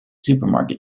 supermarket